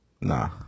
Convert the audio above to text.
Nah